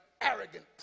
Arrogant